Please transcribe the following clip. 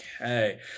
Okay